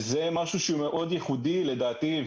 זה משהו שהוא מאוד ייחודי לדעתי.